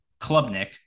Klubnik